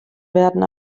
werden